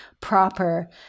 proper